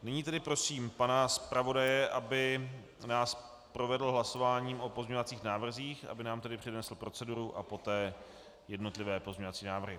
Nyní tedy prosím pana zpravodaje, aby nás provedl hlasováním o pozměňovacích návrzích, aby nám tedy přednesl proceduru a poté jednotlivé pozměňovací návrhy.